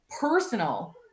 personal